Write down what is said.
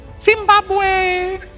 Zimbabwe